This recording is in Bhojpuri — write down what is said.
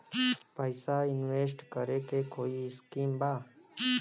पैसा इंवेस्ट करे के कोई स्कीम बा?